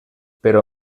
però